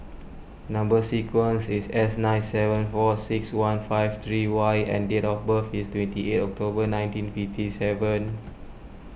Number Sequence is S nine seven four six one five three Y and date of birth is twenty eight October nineteen fifty seven